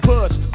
Push